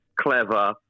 clever